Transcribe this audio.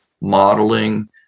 modeling